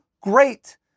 great